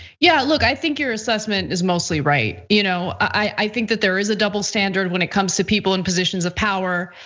yeah, look, i think your assessment is mostly right. you know i think that there is a double standard when it comes to people in positions of power.